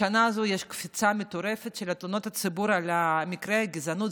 בשנה הזו יש קפיצה מטורפת של תלונות הציבור על מקרי הגזענות,